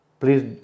please